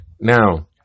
Now